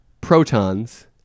protons